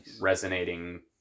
Resonating